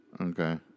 Okay